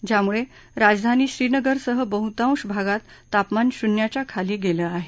ज्यामुळे राजधानी श्रीनगरसह बहुतांश भागात तापमान शून्याच्या खाली गेले आहे